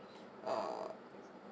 uh